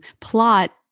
Plot